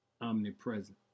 omnipresent